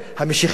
המשיחיות,